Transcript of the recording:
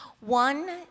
One